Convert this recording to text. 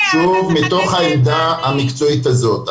מתוך העמדה המקצועית הזאת.